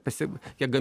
pasiimti kiek gam